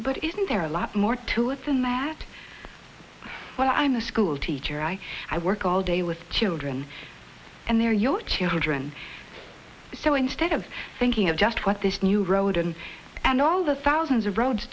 but isn't there a lot more to it than that but i'm the school teacher i i work all day with children and they are your children so instead of thinking of just what this new road and and all the thousands of roads